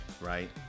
right